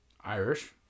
Irish